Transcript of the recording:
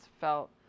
felt